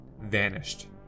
Vanished